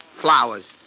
Flowers